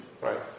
Right